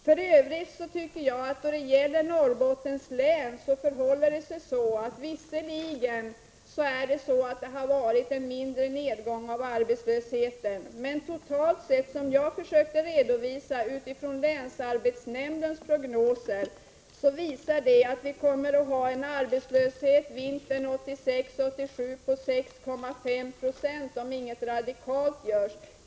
För övrigt har det i Norrbottens län visserligen varit en mindre nedgång i arbetslösheten. Men totalt sett kommer enligt länsarbetsnämndens prognoser arbetslösheten vintern 1986/87 att ligga på 6,5 26, om ingenting radikalt görs.